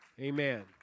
Amen